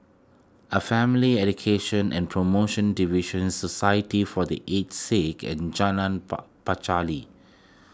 a Family Education and Promotion Division Society for the Aged Sick and Jalan Pacheli